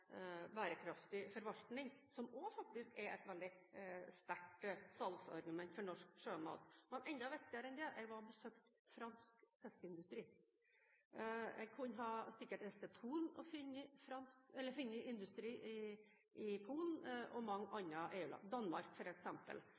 bærekraftig forvaltning, som også faktisk er et veldig sterkt salgsargument for norsk sjømat. Men enda viktigere enn det: Jeg var og besøkte fransk fiskeindustri. Jeg kunne sikkert ha reist til Polen og mange andre EU-land og funnet industri – Danmark,